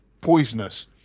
poisonous